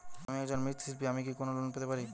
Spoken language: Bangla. আমি একজন মৃৎ শিল্পী আমি কি কোন লোন পেতে পারি?